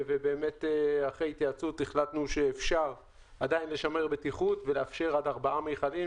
אחרי התייעצות החלטנו לאפשר עד ארבעה מכלים,